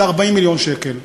זה 40 מיליון שקל.